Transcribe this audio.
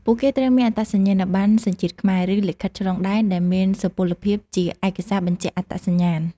ពួកគេត្រូវមានអត្តសញ្ញាណបណ្ណសញ្ជាតិខ្មែរ ឬលិខិតឆ្លងដែនដែលមានសុពលភាពជាឯកសារបញ្ជាក់អត្តសញ្ញាណ។